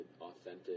authentic